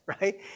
right